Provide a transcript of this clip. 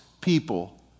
people